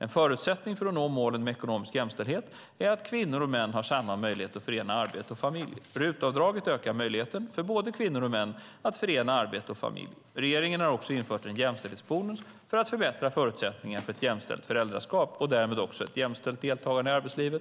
En förutsättning för att nå målet med ekonomisk jämställdhet är att kvinnor och män har samma möjlighet att förena arbete och familj. RUT-avdraget ökar möjligheten för både kvinnor och män att förena arbete och familj. Regeringen har också infört en jämställdhetsbonus för att förbättra förutsättningarna för ett jämställt föräldraskap och därmed också ett jämställt deltagande i arbetslivet.